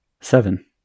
Seven